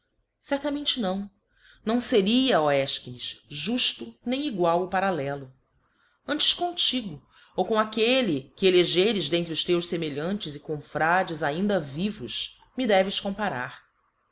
certamente não não feria ó efchines jufto nem egual o parallelo antes comtigo ou com aquelle que eleres dentre os teus femelhantes e confrades ainda vivos me deves comparar